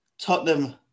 Tottenham